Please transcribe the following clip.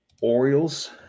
orioles